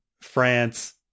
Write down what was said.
france